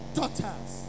daughters